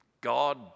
God